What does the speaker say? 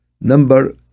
number